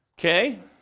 Okay